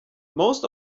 most